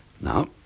now